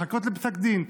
לחכות לפסק דין,